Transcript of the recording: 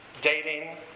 dating